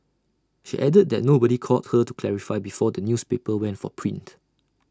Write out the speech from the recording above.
she added that nobody called her to clarify before the newspaper went for print